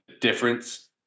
difference